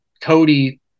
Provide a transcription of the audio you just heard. cody